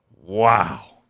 Wow